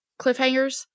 cliffhangers